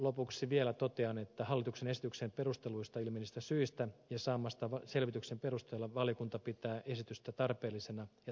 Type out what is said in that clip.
lopuksi vielä totean että hallituksen esityksen perusteluista ilmenevistä syistä ja saamansa selvityksen perusteella valiokunta pitää esitystä tarpeellisena ja tarkoituksenmukaisena